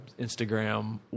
Instagram